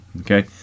okay